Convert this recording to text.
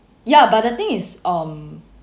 ya but the thing is um